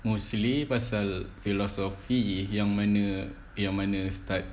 mostly pasal philosophy yang mana yang mana start